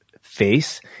face